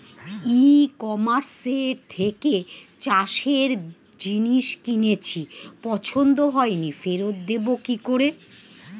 ই কমার্সের থেকে চাষের জিনিস কিনেছি পছন্দ হয়নি ফেরত দেব কী করে?